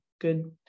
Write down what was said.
good